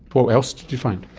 what else did you find?